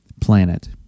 planet